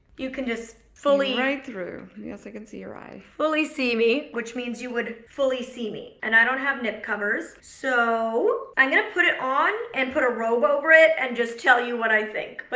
you can just fully right through. yes, i can see your eye. and fully see me, which means you would fully see me and i don't have nip covers. so, i'm gonna put it on and put a robe over it and just tell you what i think. but